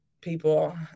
people